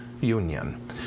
union